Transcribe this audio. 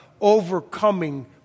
overcoming